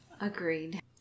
Agreed